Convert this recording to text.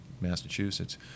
Massachusetts